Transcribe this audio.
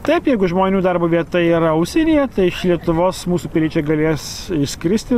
taip jeigu žmonių darbo vieta yra užsienyje tai iš lietuvos mūsų piliečiai galės išskristi